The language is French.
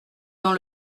dans